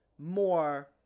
More